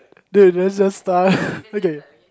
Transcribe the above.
dude lets just start okay